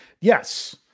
Yes